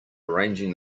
arranging